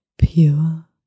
Pure